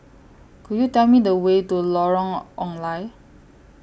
Could YOU Tell Me The Way to Lorong Ong Lye